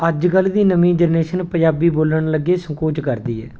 ਅੱਜ ਕੱਲ੍ਹ ਦੀ ਨਵੀਂ ਜਨਰੇਸ਼ਨ ਪੰਜਾਬੀ ਬੋਲਣ ਲੱਗੇ ਸੰਕੋਚ ਕਰਦੀ ਹੈ